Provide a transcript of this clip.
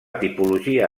tipologia